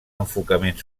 enfocament